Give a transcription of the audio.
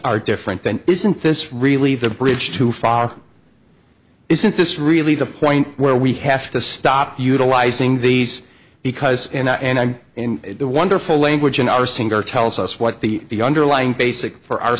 are different then isn't this really the bridge too far isn't this really the point where we have to stop utilizing these because in that and in the wonderful language in our singer tells us what the underlying basic for our